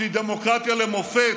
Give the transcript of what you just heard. שהיא דמוקרטיה למופת,